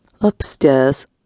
Upstairs